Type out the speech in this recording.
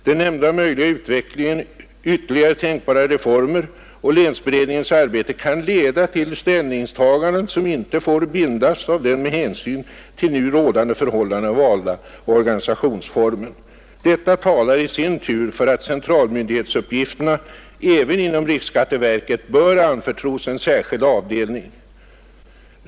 Den nämnda möjliga utvecklingen, ytterligare tänkbara reformer och länsberedningens arbete kan leda till ställnings taganden som inte får bindas av den med hänsyn till nu rådande förhållanden valda organisationsformen. Detta talar i sin tur för att centralmyndighetsuppgifterna även inom RSV bör anförtros en särskild avdelning e. d.